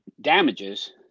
damages